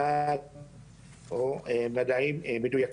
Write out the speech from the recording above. המדע והטכנולוגיה,